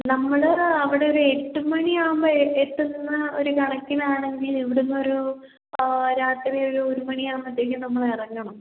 നമ്മള് അവിടെ ഒരു എട്ട് മണിയാകുമ്പഴ് എത്തുന്ന ഒരു കണക്കിനാണെങ്കിൽ ഇവിടെ നിന്നൊരു രാത്രിയൊരു ഒരു മണി ആകുമ്പത്തേക്കും നമ്മൾ ഇറങ്ങണം